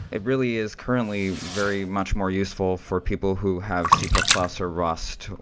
it really is currently very much more useful for people who have c plus plus, or rust,